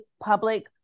public